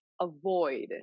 avoid